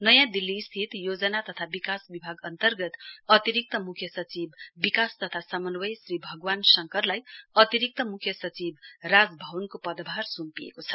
नयाँ दिल्ली स्थित योजना तथा विकास विभाग अन्तर्गत अतिरिक्त मुख्य सचिव विकास तथा समन्वय श्री भगवान शङ्करलाई अतिरिक्त मुख्य सचिव राजभवनको पदभार सुम्पिएको छ